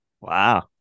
Wow